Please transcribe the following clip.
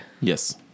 Yes